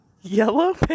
Yellow